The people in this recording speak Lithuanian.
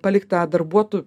palikta darbuotų